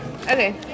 okay